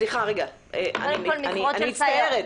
אני מצטערת,